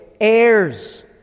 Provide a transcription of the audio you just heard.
heirs